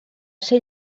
ser